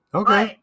okay